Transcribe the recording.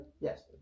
yes